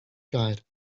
guide